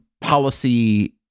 policy